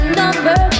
number